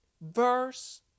verse